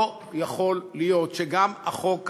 לא יכול להיות שגם החוק הזה,